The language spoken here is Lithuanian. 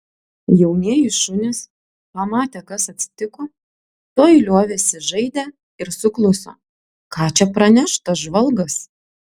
jaunieji šunys pamatę kas atsitiko tuoj liovėsi žaidę ir sukluso ką čia praneš tas žvalgas